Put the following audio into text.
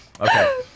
okay